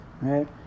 Right